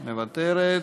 מוותרת.